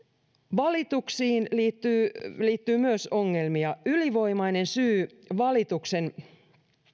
valituksiin liittyy liittyy myös ongelmia ylivoimainen syy valituksen